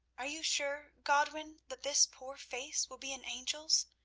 are you sure, godwin, that this poor face will be an angel's?